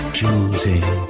choosing